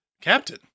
Captain